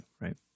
right